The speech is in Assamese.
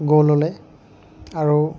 গ'ললৈ আৰু